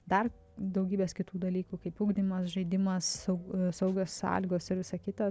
dar daugybės kitų dalykų kaip ugdymas žaidimas sau saugios sąlygos ir visa kita